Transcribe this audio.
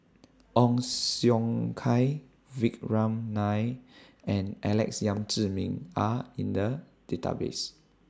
Ong Siong Kai Vikram Nair and Alex Yam Ziming Are in The Database